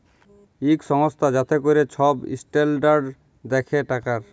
ইক সংস্থা যাতে ক্যরে ছব ইসট্যালডাড় দ্যাখে টাকার